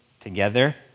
together